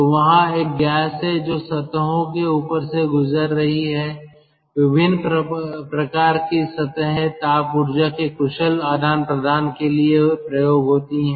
तो वहाँ एक गैस है जो सतहों के ऊपर से गुजर रही है विभिन्न प्रकार की सतहें ताप ऊर्जा के कुशल आदान प्रदान के लिए प्रयोग होती हैं